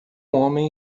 homem